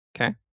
okay